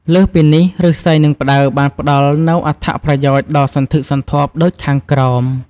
លើសពីនេះឫស្សី និងផ្តៅបានផ្តល់នូវអត្ថប្រយោជន៍ដ៏សន្ធឹកសន្ធាប់ដូចខាងក្រោម។